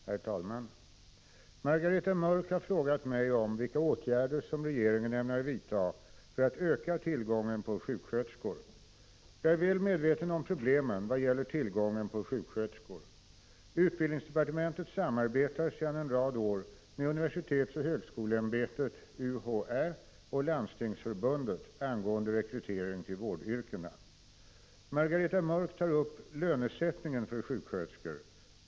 Herr talman! Margareta Mörck har frågat mig om vilka åtgärder som regeringen ämnar vidta för att öka tillgången på sjuksköterskor. Jag är väl medveten om problemen vad gäller tillgången på sjuksköterskor. Utbildningsdepartementet samarbetar sedan en rad år med universitetsoch högskoleämbetet, UHÄ, och Landstingsförbundet angående rekrytering till vårdyrkena. Margareta Mörck tar upp lönesättningen för sjuksköterskor.